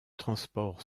transport